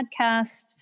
podcast